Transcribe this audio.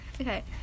Okay